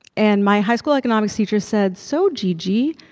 and my high school economics teacher said, so, gigi,